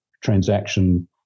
transaction